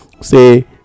say